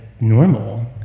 normal